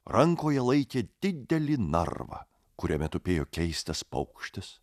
rankoje laikė didelį narvą kuriame tupėjo keistas paukštis